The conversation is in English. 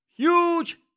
Huge